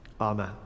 Amen